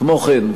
כמו כן,